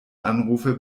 anrufe